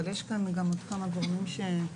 אבל יש כאן גם כמה גורמים שמחכים